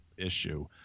Issue